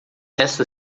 esta